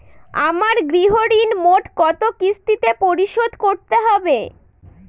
আমার গৃহঋণ মোট কত কিস্তিতে পরিশোধ করতে হবে?